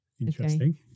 Interesting